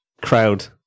crowd